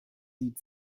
sieht